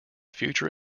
future